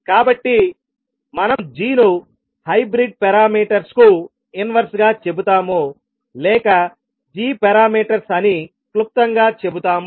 కాబట్టి మనం g ను హైబ్రిడ్ పారామీటర్స్ కు ఇన్వెర్స్ గా చెబుతాము లేక g పారామీటర్స్ అని క్లుప్తంగా చెబుతాము